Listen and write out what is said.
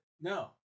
No